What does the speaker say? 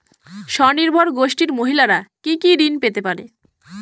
স্বনির্ভর গোষ্ঠীর মহিলারা কি কি ঋণ পেতে পারে?